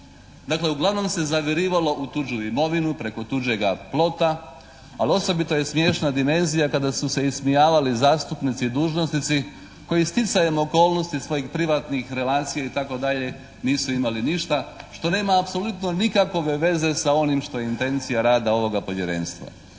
Dakle, uglavnom se zavirivalo u tuđu imovinu, preko tuđega plota. Ali osobito je smiješna dimenzija kada su se ismijavali zastupnici i dužnosnici koji stjecajem okolnosti svojih privatnih relacija itd. nisu imali ništa što nema apsolutno nikakove veze sa onim što je intencija rada ovoga Povjerenstva.